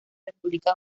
república